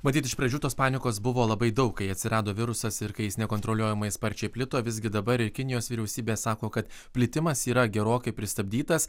matyt iš pradžių tos panikos buvo labai daug kai atsirado virusas ir kai jis nekontroliuojamai sparčiai plito visgi dabar ir kinijos vyriausybė sako kad plitimas yra gerokai pristabdytas